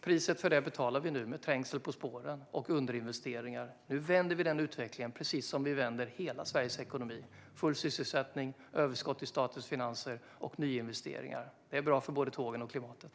Priset för det betalar vi nu med trängsel på spåren och underinvesteringar. Nu vänder vi den utvecklingen, precis som vi vänder hela Sveriges ekonomi: full sysselsättning, överskott i statens finanser och nyinvesteringar. Det är bra för både tågen och klimatet.